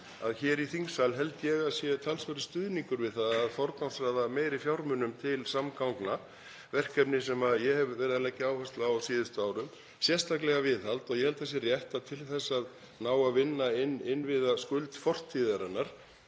hér í þingsal held ég að sé talsverður stuðningur við það að forgangsraða meiri fjármunum til samgangna; verkefni sem ég hef verið að leggja áherslu á síðustu árum, sérstaklega viðhalds. Ég held að það sé rétt að það að ná að vinna upp innviðaskuld fortíðarinnar